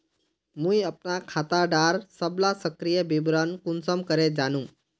मुई अपना खाता डार सबला सक्रिय विवरण कुंसम करे जानुम?